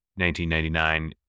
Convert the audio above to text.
1999